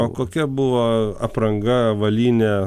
o kokia buvo apranga avalynė